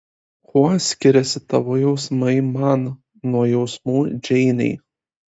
kuo skiriasi tavo jausmai man nuo jausmų džeinei